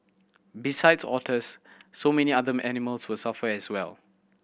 besides otters so many other animals were suffer as well